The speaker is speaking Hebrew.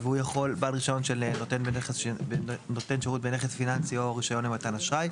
בעל רישיון של נותן שירות בנכס פיננסי או רישיון למתן אשראי.